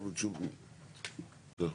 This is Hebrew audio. טוב,